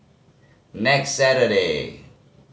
next Saturday